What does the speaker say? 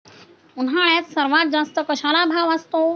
उन्हाळ्यात सर्वात जास्त कशाला भाव असतो?